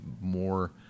more